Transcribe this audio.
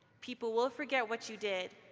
people will forget what you did,